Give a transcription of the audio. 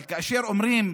אבל כאשר אומרים,